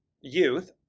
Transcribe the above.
youth